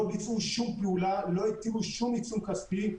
לא ביצעו שום פעולה, לא הטילו שום עיצום כספי.